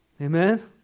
amen